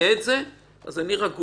החלק